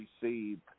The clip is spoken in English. received